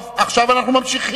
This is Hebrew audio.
טוב, עכשיו אנחנו ממשיכים.